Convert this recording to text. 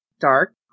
dark